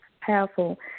powerful